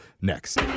next